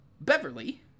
Beverly